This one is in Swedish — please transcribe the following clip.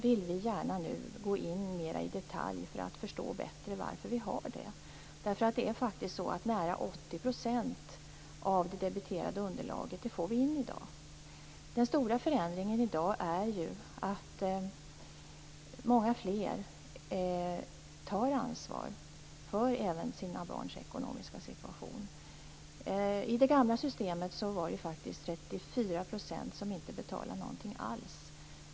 Vi vill gärna undersöka detta mera i detalj för att bättre förstå varför det är ett underskott. Nära 80 % av det debiterade underlaget får vi in i dag. Den stora förändringen är ju att många fler tar ansvar för sina barns ekonomiska situation. Med det gamla systemet var det 34 % som inte betalade någonting alls.